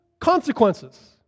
consequences